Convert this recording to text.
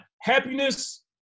happiness